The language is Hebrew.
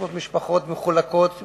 600 המשפחות נחלקות